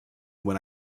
when